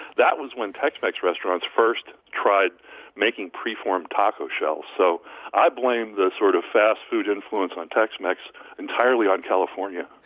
that was when tex-mex restaurants first tried making preformed taco shells. so i blame the sort of fast food influence on tex-mex entirely on california